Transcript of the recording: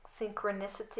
synchronicity